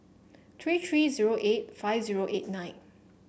three three zero eight five zero eight nine